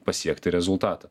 pasiekti rezultatą